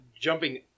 jumping